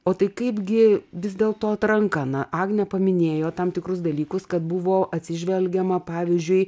o tai kaipgi vis dėlto atranka na agnė paminėjo tam tikrus dalykus kad buvo atsižvelgiama pavyzdžiui